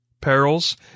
perils